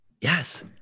Yes